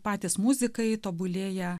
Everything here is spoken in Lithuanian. patys muzika ji tobulėja